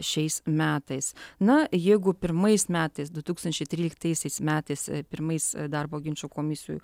šiais metais na jeigu pirmais metais du tūkstančiai tryliktaisiais metais pirmais darbo ginčų komisijų